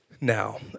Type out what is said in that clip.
Now